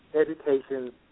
Education